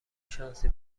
شانسی